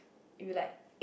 you like